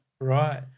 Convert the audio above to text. Right